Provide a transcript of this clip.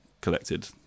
collected